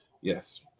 Yes